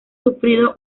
sufrido